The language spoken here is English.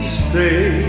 stay